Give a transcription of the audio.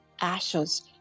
Ashes